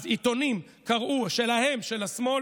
העיתונים שלהם, של השמאל,